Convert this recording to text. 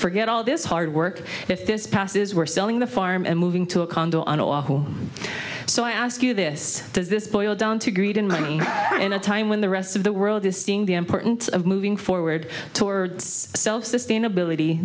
forget all this hard work if this passes were selling the farm and moving to a condo on oahu so i ask you this does this boil down to greed in my mind in a time when the rest of the world is seeing the important of moving forward towards self sustainability